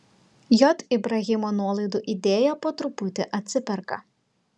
j ibrahimo nuolaidų idėja po truputį atsiperka